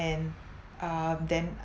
and um then